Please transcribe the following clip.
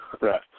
Right